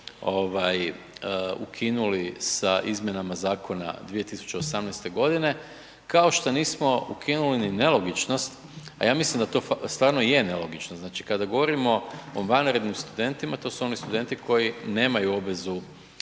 ukinuli sa izmjenama zakona 2018. g., kao što nismo ukinuli ni nelogičnost, a ja mislim da to stvarno je nelogično, kad govorimo o vanrednim studentima, to su oni studenti koji nemaju obvezu